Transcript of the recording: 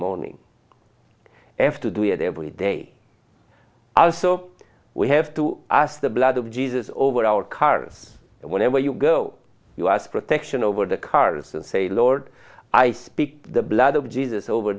morning after do it every day also we have to ask the blood of jesus over our cars and whenever you go you ask protection over the cars and say lord i speak the blood of jesus over